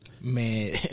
man